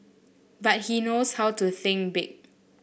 but he knows how to think big